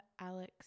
Alex